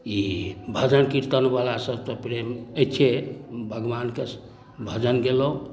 ई भजन कीर्तनवलासँ तऽ प्रेम अछिए भगवानके भजन गएलहुँ